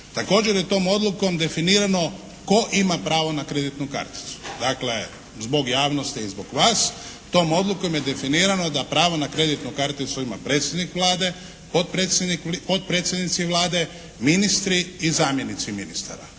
Također je tom odlukom definirano tko ima pravo na kreditnu karticu. Dakle, zbog javnosti i zbog vas, tom odlukom je definirano da pravo na kreditnu karticu ima predsjednik Vlade, potpredsjednici Vlade, ministri i zamjenici ministara